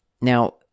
now